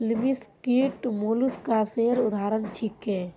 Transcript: लिमस कीट मौलुसकासेर उदाहरण छीके